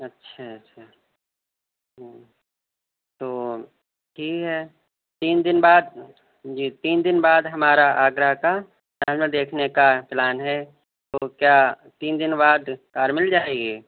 اچھا اچھا ہاں تو ٹھیک ہے تین دن بعد جی تین دن بعد ہمارا آگرہ کا تاج محل دیکھنے کا پلان ہے تو کیا تین دن بعد کار مل جائے گی